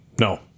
No